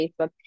Facebook